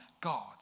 God